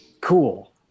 cool